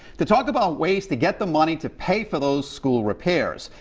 to talk about ways to get the money to pay for those school repairs.